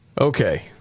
Okay